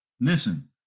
Listen